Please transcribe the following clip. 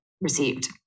received